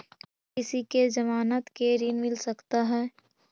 बिना किसी के ज़मानत के ऋण मिल सकता है?